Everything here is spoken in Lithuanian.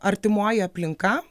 artimoji aplinka